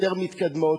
יותר מתקדמות,